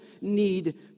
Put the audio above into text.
need